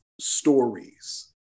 stories